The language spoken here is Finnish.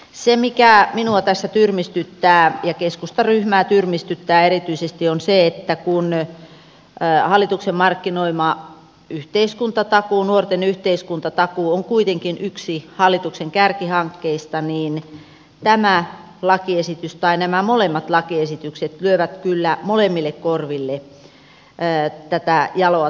se mikä minua tässä tyrmistyttää ja keskustan ryhmää tyrmistyttää erityisesti on se että kun hallituksen markkinoima nuorten yhteiskuntatakuu on kuitenkin yksi hallituksen kärkihankkeista niin nämä molemmat lakiesitykset lyövät kyllä molemmille korville tätä jaloa tavoitetta